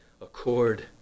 accord